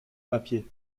papier